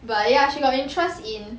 but ya she got interest in